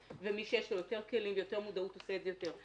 ומי שיש לו יותר כלים ויותר מודעות עושה את זה יותר.